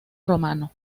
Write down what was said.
romano